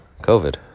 COVID